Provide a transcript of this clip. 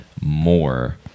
more